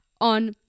on